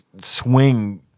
swing